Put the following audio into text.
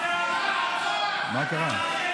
היו"ר ניסים ואטורי: מה קרה?